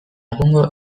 egungo